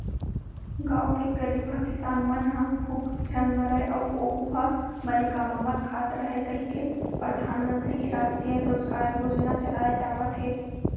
गाँव के गरीबहा किसान मन ह भूख झन मरय अउ ओहूँ ह बने कमावत खात रहय कहिके परधानमंतरी रास्टीय रोजगार योजना चलाए जावत हे